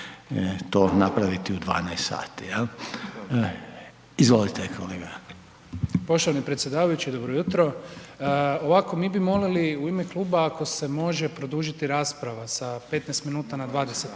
Damjan (Živi zid)** Poštovani predsjedavajući dobro jutro. Ovako mi bi molili u ime kluba ako se može produžiti rasprava sa 15 minuta na 20